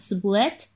Split